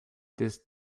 this